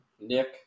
Nick